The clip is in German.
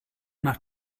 nach